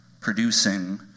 producing